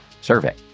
survey